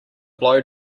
blow